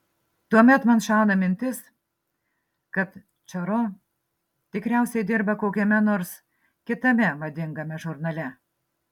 tuomet man šauna mintis kad čaro tikriausiai dirba kokiame nors kitame madingame žurnale